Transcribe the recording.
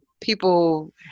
people